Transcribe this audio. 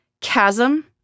chasm